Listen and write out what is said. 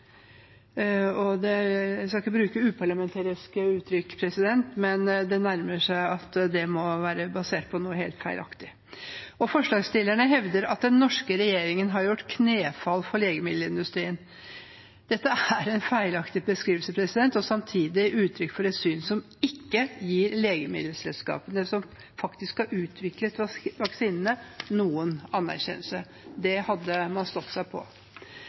skal ikke bruke uparlamentariske uttrykk, men det nærmer seg at det må være basert på noe helt feilaktig. Forslagsstillerne hevder at den norske regjeringen har gjort knefall for legemiddelindustrien. Dette er en feilaktig beskrivelse og samtidig uttrykk for et syn som ikke gir legemiddelselskapene som faktisk har utviklet vaksinene, noen anerkjennelse. Det hadde man stått seg på.